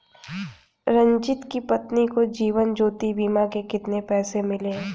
रंजित की पत्नी को जीवन ज्योति बीमा के कितने पैसे मिले?